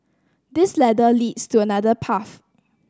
this ladder leads to another path